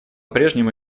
прежнему